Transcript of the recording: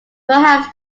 perhaps